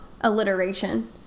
alliteration